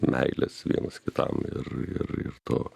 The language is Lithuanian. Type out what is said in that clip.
meilės vienas kitam ir ir ir to